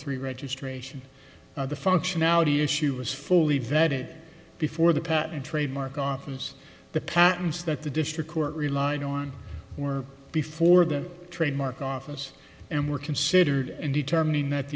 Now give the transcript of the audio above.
three registration the functionality issue was fully vetted before the patent trademark office the patents that the district court relied on were before the trademark office and were considered in determining that